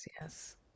yes